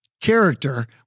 character